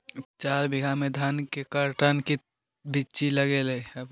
चार बीघा में धन के कर्टन बिच्ची लगतै?